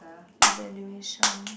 evaluation